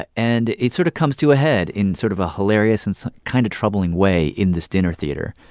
ah and it sort of comes to a head in sort of a hilarious and so kind of troubling way in this dinner theater.